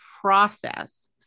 process